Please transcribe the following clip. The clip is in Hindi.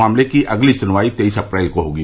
मामले की अगली सुनवाई तेईस अप्रैल को होगी